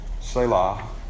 Selah